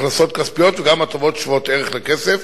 הכנסות כספיות וגם הטבות שוות ערך לכסף,